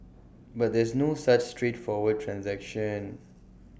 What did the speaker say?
but there's no such straightforward transaction